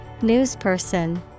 Newsperson